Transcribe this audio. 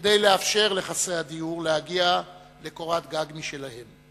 כדי לאפשר לחסרי הדיור להגיע לקורת גג משלהם.